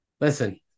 listen